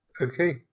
okay